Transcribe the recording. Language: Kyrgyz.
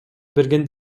берген